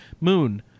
Moon